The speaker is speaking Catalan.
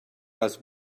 les